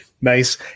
nice